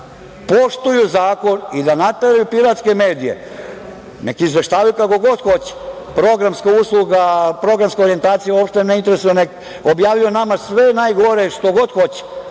poštuju zakon i da nateraju piratske medije nek izveštavaju kako god hoće, programska usluga, programska orijentacija, nek objavljuju o nama sve najgore, šta god hoće,